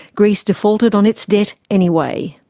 greece defaulted on its debt anyway.